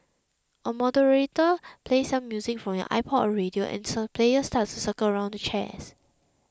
a moderator plays some music from your iPod or radio and players starts circle around chairs